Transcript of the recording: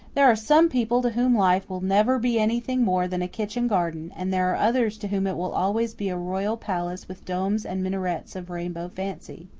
there are some people to whom life will never be anything more than a kitchen garden and there are others to whom it will always be a royal palace with domes and minarets of rainbow fancy.